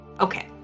Okay